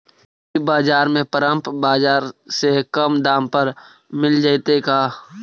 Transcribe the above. एग्रीबाजार में परमप बाजार से कम दाम पर मिल जैतै का?